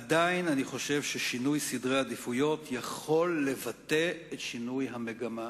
עדיין אני חושב ששינוי סדרי העדיפויות יכול לבטא את שינוי המגמה.